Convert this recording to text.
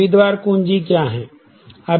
उम्मीदवार कुंजी क्या हैं